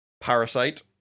Parasite